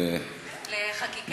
לחקיקה,